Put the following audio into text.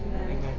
Amen